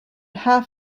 half